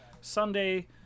Sunday